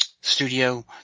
studio